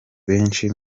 benshi